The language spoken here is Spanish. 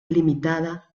limitada